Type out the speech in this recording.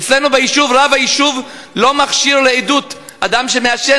אצלנו ביישוב רב היישוב לא מכשיר לעדות אדם שמעשן,